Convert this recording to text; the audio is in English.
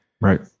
Right